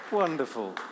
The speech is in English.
Wonderful